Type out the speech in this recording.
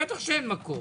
בטח שאין מקור.